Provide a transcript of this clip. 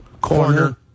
corner